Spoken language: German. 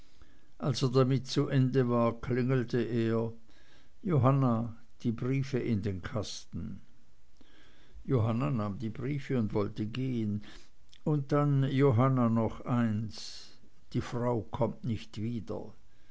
er damit zu ende war klingelte er johanna die briefe in den kasten johanna nahm die briefe und wollte gehen und dann johanna noch eins die frau kommt nicht wieder